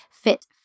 fit